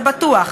זה בטוח,